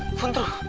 from the